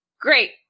Great